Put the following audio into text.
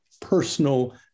personal